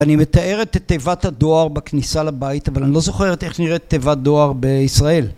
אני מתאר את תיבת הדואר בכניסה לבית, אבל אני לא זוכר איך נראית תיבת דואר בישראל.